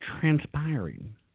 transpiring